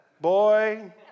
Boy